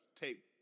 take